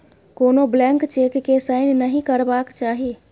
कोनो blank cheque केँ sign नहि करबाक चाही